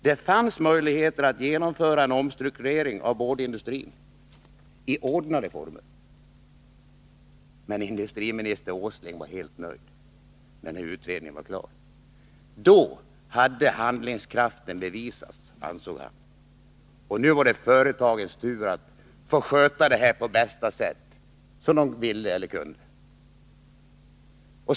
Det fanns möjligheter att genomföra en omstrukturering av boardindustrin i ordnade former. Men industriminister Åsling var helt nöjd när utredningen var klar. Då hade handlingskraften bevisats, ansåg han, och nu var det företagens tur att sköta det här bäst de ville och kunde.